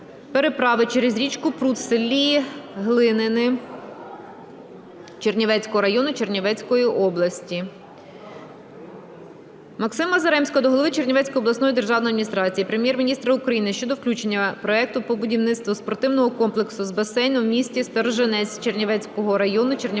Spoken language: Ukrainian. переправи через річку Прут в селі Глиниця Чернівецького району Чернівецької області. Максима Заремського до голови Чернівецької обласної державної адміністрації, Прем'єр-міністра України щодо включення проекту по будівництву спортивного комплексу з басейном в місті Сторожинець Чернівецького району Чернівецької області